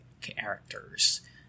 characters